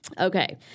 Okay